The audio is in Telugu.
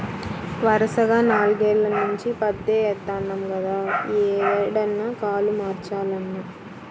వరసగా నాల్గేల్ల నుంచి పత్తే యేత్తన్నాం గదా, యీ ఏడన్నా కాలు మార్చాలన్నా